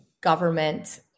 government